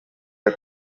are